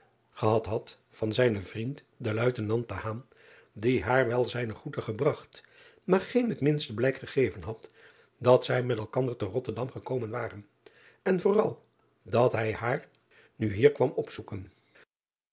gehad had van zijnen vriend den uitenant die haar wel zijne groete gebragt maar geen het minste blijk gegeven had dat zij met elkander te otterdam gekomen waren en vooral dat hij haar nu hier kwam opzoeken